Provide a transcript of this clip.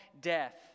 death